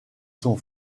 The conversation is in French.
son